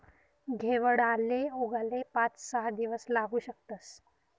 घेवडाले उगाले पाच सहा दिवस लागू शकतस